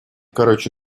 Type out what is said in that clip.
короче